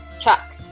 Chuck